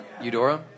Eudora